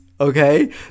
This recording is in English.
okay